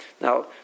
Now